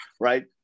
right